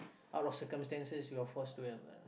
out of circumstances you are forced to